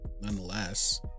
nonetheless